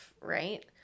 right